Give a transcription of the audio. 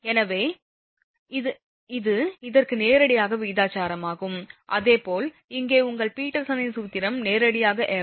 எனவே இது இதற்கு நேரடியாக விகிதாசாரமாகும் அதேபோல் இங்கே உங்கள் பீட்டர்சனின் சூத்திரமும் நேரடியாக எஃப்